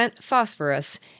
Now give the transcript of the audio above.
phosphorus